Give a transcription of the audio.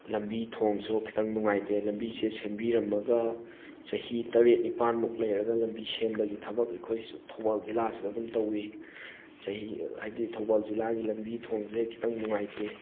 ꯂꯝꯕꯤ ꯊꯣꯡꯁꯨ ꯈꯤꯇꯪ ꯅꯨꯡꯉꯥꯏꯇꯦ ꯂꯝꯕꯤꯁꯦ ꯁꯦꯝꯕꯤꯔꯝꯃꯒ ꯆꯍꯤ ꯇꯔꯦꯠ ꯅꯤꯄꯥꯟꯃꯨꯛ ꯂꯩꯔꯒ ꯂꯝꯕꯤ ꯁꯦꯝꯕꯒꯤ ꯊꯕꯛ ꯑꯩꯈꯣꯏ ꯊꯧꯕꯥꯜ ꯖꯤꯜꯂꯥ ꯑꯁꯤꯗ ꯑꯗꯨꯝ ꯇꯧꯋꯤ ꯆꯍꯤ ꯍꯥꯏꯗꯤ ꯊꯧꯕꯥꯜ ꯖꯤꯜꯂꯥꯒꯤ ꯂꯝꯕꯤ ꯊꯣꯡꯁꯦ ꯈꯤꯇꯪ ꯅꯨꯡꯉꯥꯏꯇꯦ